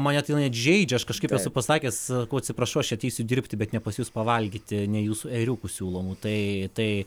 mane tai net žeidžia aš kažkaip esu pasakęs ko atsiprašau aš ateisiu dirbti bet ne pas jus pavalgyti nei jūsų ėriukų siūlomų tai